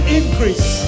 increase